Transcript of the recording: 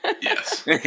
Yes